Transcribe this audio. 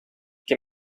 que